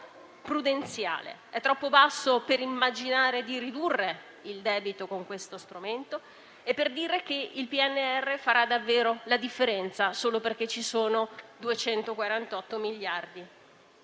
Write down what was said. è troppo basso per immaginare di ridurre il debito con questo strumento e per dire che il PNRR farà davvero la differenza solo perché ci sono 248 miliardi